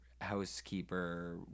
housekeeper